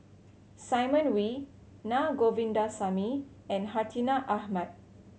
Simon Wee Na Govindasamy and Hartinah Ahmad